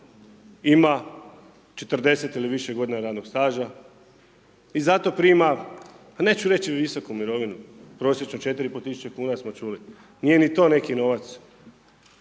ima 40 ili više godina radnog staža i zato prima, pa neću reći visoku mirovinu, prosječnu 4500kn smo čuli, nije ni to neki novac.